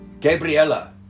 Gabriella